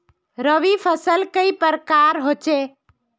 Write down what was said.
रवि फसल कई प्रकार होचे?